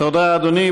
תודה, אדוני.